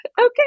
Okay